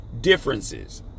differences